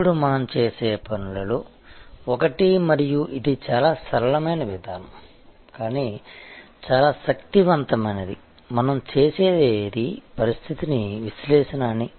ఇప్పుడు మనం చేసే పనులలో ఒకటి మరియు ఇది చాలా సరళమైన విధానం కానీ చాలా శక్తివంతమైనది మనం చేసేది పరిస్థితి విశ్లేషణ అని